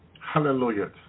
Hallelujah